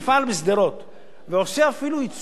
ועושה אפילו ייצור של דבר שהוא תחליף יבוא,